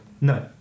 no